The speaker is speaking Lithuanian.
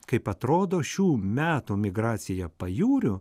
kaip atrodo šių metų migracija pajūriu